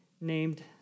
named